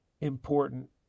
important